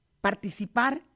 participar